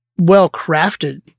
well-crafted